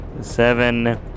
seven